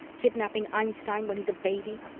kidnapping einstein when he's a baby.